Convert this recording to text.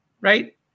right